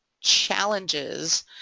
challenges